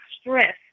stress